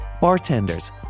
bartenders